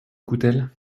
coutelle